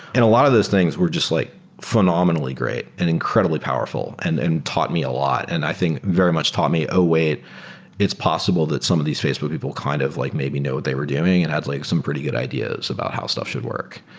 a lot of those things were just like phenomenally great and incredibly powerful and and taught me a lot, and i think very much taught me a way it's possible that some of these facebook people kind of like maybe know what they were doing and had like some pretty good ideas about how stuff should work.